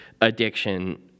addiction